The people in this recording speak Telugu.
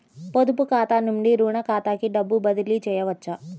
పొదుపు ఖాతా నుండీ, రుణ ఖాతాకి డబ్బు బదిలీ చేయవచ్చా?